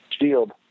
shield